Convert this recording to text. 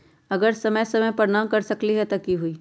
अगर समय समय पर न कर सकील त कि हुई?